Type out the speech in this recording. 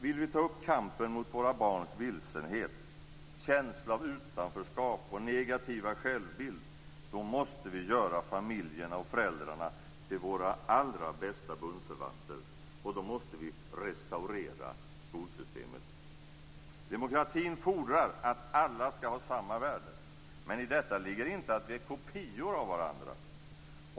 Vill vi ta upp kampen mot våra barns vilsenhet, känsla av utanförskap och negativa självbild måste vi göra familjerna och föräldrarna till våra allra bästa bundsförvanter, och då måste vi restaurera skolsystemet. Demokratin fordrar att alla skall ha samma värde. Men i detta ligger inte att vi är kopior av varandra.